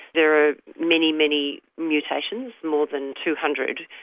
there are many, many mutations, more than two hundred,